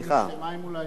אדוני ישתה מים אולי.